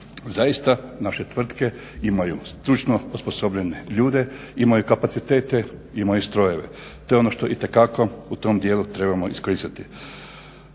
Zaista naše tvrtke imaju stručno osposobljene ljude, imaju kapacitete, imaju strojeve. To je ono što itekako u tom dijelu trebamo iskoristiti.